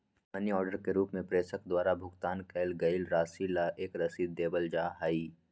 money order के रूप में प्रेषक द्वारा भुगतान कइल गईल राशि ला एक रसीद देवल जा हई